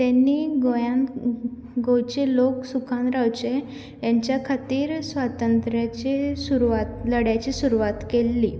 तेणी गोंयांक गोंयचे लोक सुखान रावचे हेंच्या खातीर स्वातंत्र्याची सुरवात लढ्याची सुरवात केल्ली